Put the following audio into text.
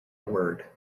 word